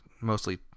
mostly